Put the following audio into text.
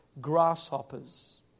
grasshoppers